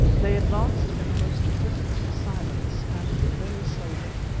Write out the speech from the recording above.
they advanced in the most perfect silence and very slowly.